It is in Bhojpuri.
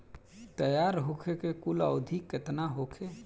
तैयार होखे के कुल अवधि केतना होखे?